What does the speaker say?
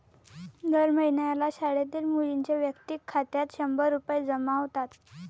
दर महिन्याला शाळेतील मुलींच्या वैयक्तिक खात्यात शंभर रुपये जमा होतात